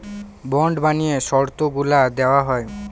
bond বানিয়ে শর্তগুলা দেওয়া হয়